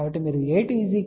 కాబట్టి a2 0 అయితే S11b1a1